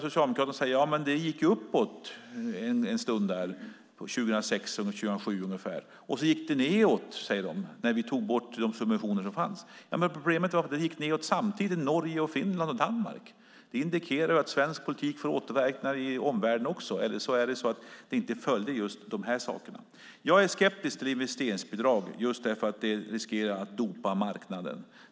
Socialdemokraterna brukar säga: Ja, men det gick uppåt en stund där runt 2006-2007, och sedan gick det nedåt när vi tog bort de subventioner som fanns. Problemet är att det gick nedåt samtidigt i Norge, Finland och Danmark. Det indikerar att svensk politik får återverkningar också i omvärlden - eller också är det så att det inte följde just dessa saker. Jag är skeptisk till investeringsbidrag just därför att det riskerar att dopa marknaden.